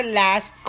last